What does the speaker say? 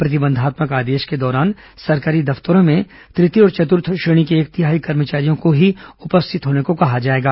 प्रतिबंधात्मक आदेश के दौरान सरकारी दफ्तरों में तृतीय और चतुर्थ श्रेणी के एक तिहाई कर्मचारियों को ही उपस्थित होने को कहा जाएगा